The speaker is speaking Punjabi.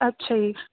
ਅੱਛਾ ਜੀ